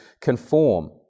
conform